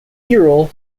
cyril